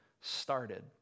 started